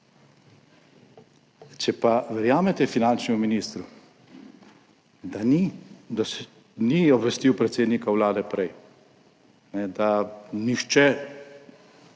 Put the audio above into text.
Če pa verjamete finančnemu ministru, da ni, da ni obvestil predsednika Vlade prej, da nihče